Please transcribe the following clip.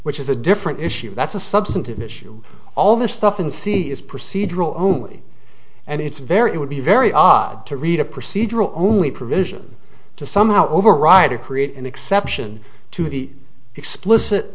which is a different issue that's a substantive issue all the stuff in c is procedural only and it's very it would be very odd to read a procedural only provision to somehow override to create an exception to the explicit